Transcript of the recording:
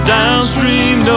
Downstream